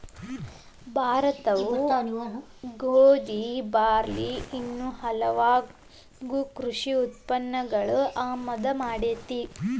ಭಾರತವು ಗೋಧಿ, ಬಾರ್ಲಿ ಇನ್ನೂ ಹಲವಾಗು ಕೃಷಿ ಉತ್ಪನ್ನಗಳನ್ನು ಆಮದು ಮಾಡಿಕೊಳ್ಳುತ್ತದೆ